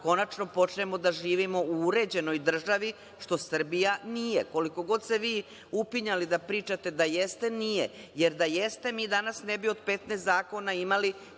konačno počnemo da živimo u uređenoj državi, što Srbija nije. Koliko god se vi upinjali da pričate da jeste, nije. Jer, da jeste, mi danas ne bi od 15 zakona imali